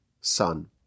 son